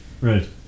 Right